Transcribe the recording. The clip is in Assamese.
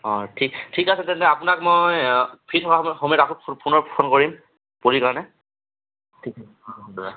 অ ঠিক ঠিক আছে তেন্তে আপোনাক মই ফ্ৰী থকাৰ সময়ত আকৌ পুনৰ ফোন কৰিম পুলিৰ কাৰণে দাদা